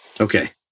Okay